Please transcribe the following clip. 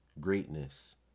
greatness